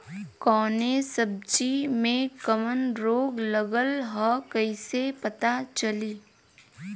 कौनो सब्ज़ी में कवन रोग लागल ह कईसे पता चली?